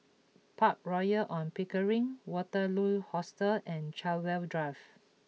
Park Royal On Pickering Waterloo Hostel and Chartwell Drive